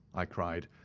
i cried,